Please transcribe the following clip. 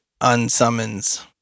unsummons